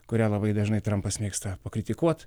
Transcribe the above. kurią labai dažnai trampas mėgsta pakritikuoti